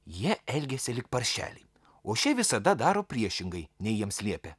jie elgėsi lyg paršeliai o šie visada daro priešingai nei jiems liepia